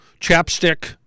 Chapstick